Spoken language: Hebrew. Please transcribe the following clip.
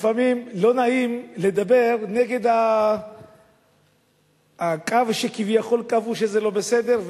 לפעמים לא נעים לדבר נגד הקו שכביכול קבעו שזה לא בסדר,